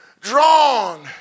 drawn